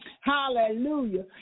hallelujah